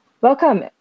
Welcome